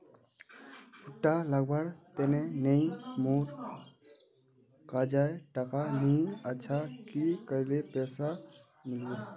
भुट्टा लगवार तने नई मोर काजाए टका नि अच्छा की करले पैसा मिलबे?